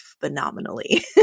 phenomenally